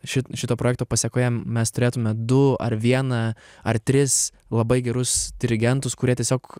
šito šito projekto pasekoje mes turėtume du ar vieną ar tris labai gerus dirigentus kurie tiesiog